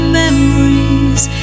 memories